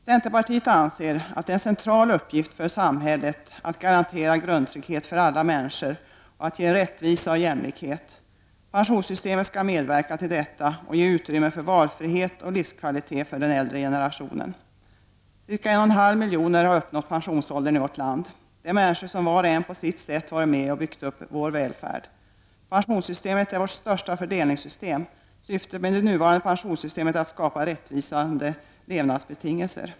Centerpartiet anser att det är en central uppgift för samhället att garantera grundtrygghet för alla människor och att ge rättvisa och jämlikhet. Pensionssystemet skall medverka till detta och ge utrymme för valfrihet och livskvalitet för den äldre generationen. Ca 1,5 miljoner människor har uppnått pensionsåldern i vårt land. Det är människor som var och en på sitt sätt varit med om att bygga upp vår välfärd. Pensionssystemet är vårt största fördelningssystem. Syftet med det nuvarande pensionssystemet är att skapa rättvisa levnadsbetingelser.